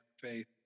faith